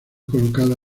colocada